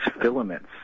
filaments